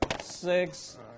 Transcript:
six